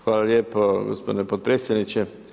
Hvala lijepo gospodine potpredsjedniče.